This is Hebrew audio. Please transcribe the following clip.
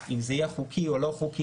אם זה יהיה חוקי או לא חוקי.